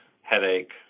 headache